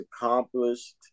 accomplished